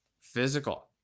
Physical